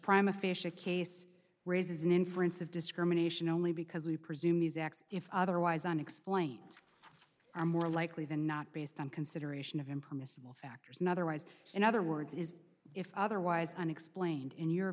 prime a fish a case raises an inference of discrimination only because we presume use x if otherwise unexplained and more likely than not based on consideration of impermissible factors and otherwise in other words is if otherwise unexplained in your